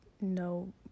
no